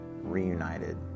reunited